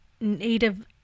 native